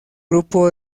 grupo